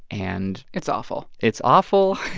and. it's awful it's awful,